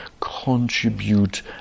contribute